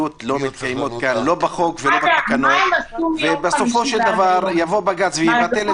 כרגע אין יוזמה על השולחן לעשות תיקון.